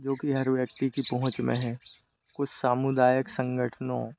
जोकि हर व्यक्ति की पहुँच में है कुछ सामुदायक संगठनों